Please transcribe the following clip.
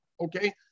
Okay